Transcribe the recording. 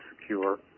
secure